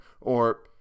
or—